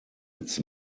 its